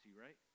right